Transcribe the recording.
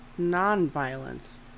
nonviolence